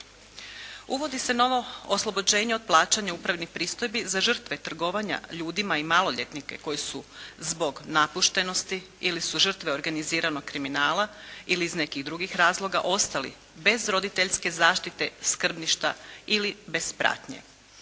Uvodi se novo oslobođenje od plaćanja upravnih pristojbi za žrtve trgovanja ljudima i maloljetnike koji su zbog napuštenosti ili su žrtve organiziranog kriminala ili iz nekih drugih razloga ostali bez roditeljske zaštite, skrbništva ili bez pratnje.